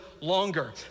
longer